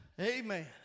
Amen